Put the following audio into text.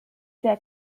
der